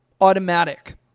automatic